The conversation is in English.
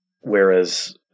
whereas